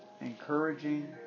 encouraging